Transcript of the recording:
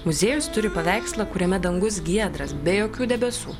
muziejus turi paveikslą kuriame dangus giedras be jokių debesų